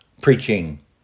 preaching